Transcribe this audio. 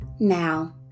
Now